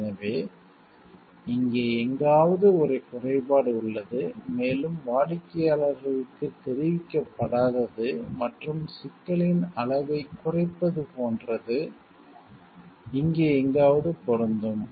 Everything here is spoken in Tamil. எனவே இங்கே எங்காவது ஒரு குறைபாடு உள்ளது மேலும் வாடிக்கையாளர்களுக்குத் தெரிவிக்கப்படாதது மற்றும் சிக்கலின் அளவைக் குறைப்பது போன்றது இங்கே எங்காவது பொருந்தும்